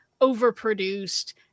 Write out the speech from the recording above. overproduced